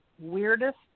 weirdest